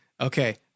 okay